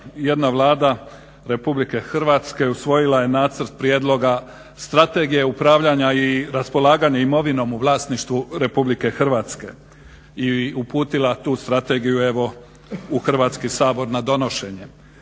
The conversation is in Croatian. jedna Vlada Republike Hrvatske usvojila je Nacrt prijedloga strategije upravljanja i raspolaganja imovinom u vlasništvu Republike Hrvatske i uputila tu strategiju evo u Hrvatski sabor na donošenje.